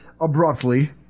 Abruptly